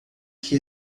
que